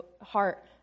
heart